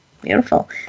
beautiful